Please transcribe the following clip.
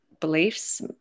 beliefs